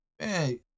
man